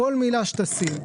כל מילה שתשים,